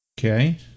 Okay